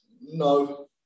No